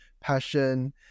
passion